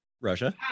russia